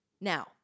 Now